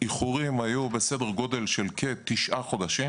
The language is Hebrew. האיחורים היו בסדר גודל של כ-9 חודשים